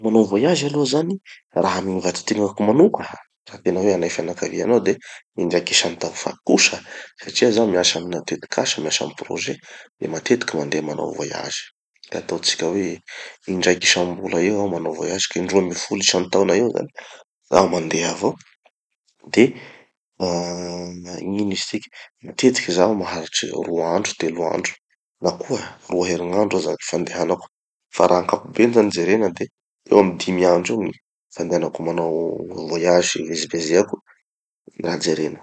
Manao voyage aloha zany, raha gny vatategnako manoka, raha tena hoe anay fianakavianao de indraiky isantao fa kosa satria zaho miasa amina tetik'asa, miasa amy projet, de matetiky mandeha manao voyage. Da ataotsika hoe indraiky isam-bola eo aho manao voyage, ka indroa amby folo isan-taona eo zany zaho mandeha avao. De ah magnino izy tiky, matetiky zaho maharitry roa andro telo andro na koa roa herinandro aza gny fandehanako, fa raha amy akampobeny zany jerena de eo amy dimy andro gny fandehanako manao voyage ivezivezeako raha jerena.